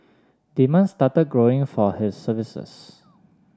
demand started growing for his services